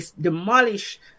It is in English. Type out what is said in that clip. demolish